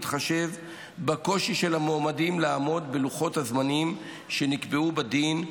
בהתחשב בקושי של בקושי של המועמדים לעמוד בלוחות הזמנים שנקבעו בדין,